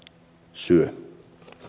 syö